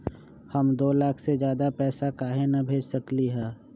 हम दो लाख से ज्यादा पैसा काहे न भेज सकली ह?